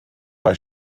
bei